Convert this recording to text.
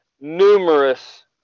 numerous